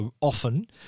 often –